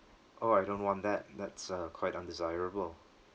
oh I don't want that that's uh quite undesirable